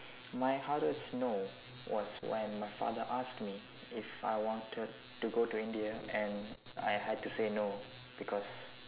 my hardest no was when my father asked me if I wanted to go to India and I had to say no because